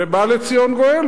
ובא לציון גואל.